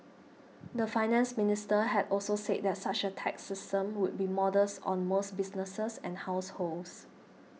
the Finance Minister had also said that such a tax system would be modest on most businesses and households